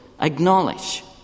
acknowledge